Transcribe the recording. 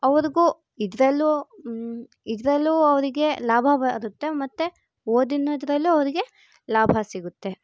ಅವ್ರಿಗೂ ಇದರಲ್ಲೂ ಇದರಲ್ಲೂ ಅವರಿಗೆ ಲಾಭ ಆಗುತ್ತೆ ಮತ್ತು ಓದಿನ ಇದರಲ್ಲೂ ಅವರಿಗೆ ಲಾಭ ಸಿಗುತ್ತೆ